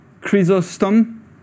Chrysostom